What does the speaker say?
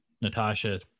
Natasha